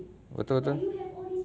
betul betul